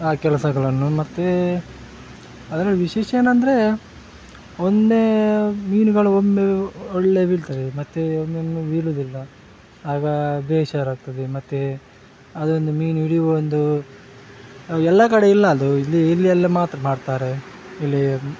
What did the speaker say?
ಆ ಕೆಲಸಗಳನ್ನು ಮತ್ತು ಅದ್ರಲ್ಲಿ ವಿಶೇಷ ಏನೆಂದರೆ ಒಮ್ಮೆ ಮೀನುಗಳು ಒಮ್ಮೆ ಒಳ್ಳೆ ಬೀಳ್ತದೆ ಮತ್ತು ಒಮ್ಮೊಮ್ಮೆ ಬೀಳುವುದಿಲ್ಲ ಆಗ ಬೇಸರ ಆಗ್ತದೆ ಮತ್ತೆ ಅದೊಂದು ಮೀನು ಹಿಡಿಯುವ ಒಂದು ಎಲ್ಲ ಕಡೆ ಇಲ್ಲ ಅದು ಇಲ್ಲಿ ಇಲ್ಲಿ ಎಲ್ಲ ಮಾತ್ರ ಮಾಡ್ತಾರೆ ಇಲ್ಲಿ